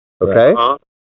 Okay